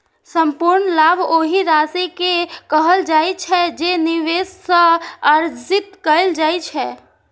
संपूर्ण लाभ ओहि राशि कें कहल जाइ छै, जे निवेश सं अर्जित कैल जाइ छै